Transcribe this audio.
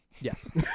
Yes